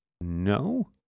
no